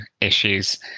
issues